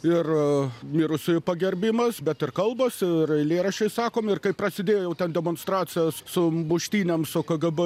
ir mirusiųjų pagerbimas bet ir kalbos ir eilėraščiai sakomi ir kai prasidėjo jau ten demonstracijos su muštynėm su kgb